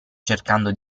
cercando